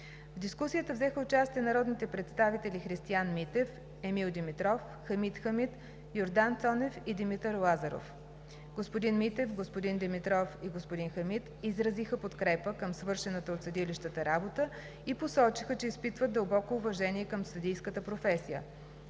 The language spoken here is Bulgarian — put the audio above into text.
В дискусията взеха участие народните представители Христиан Митев, Емил Димитров, Хамид Хамид, Йордан Цонев и Димитър Лазаров. Господин Митев, господин Димитров и господин Хамид изразиха подкрепа към свършената от съдилищата работа и посочиха, че изпитват дълбоко уважение към съдийската професия.